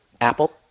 Apple